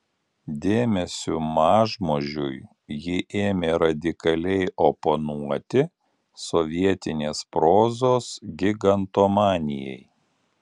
dėmesiu mažmožiui ji ėmė radikaliai oponuoti sovietinės prozos gigantomanijai